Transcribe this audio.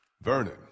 Vernon